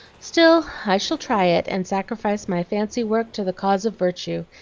still i shall try it, and sacrifice my fancy-work to the cause of virtue,